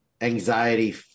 anxiety